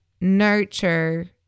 nurture